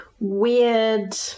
Weird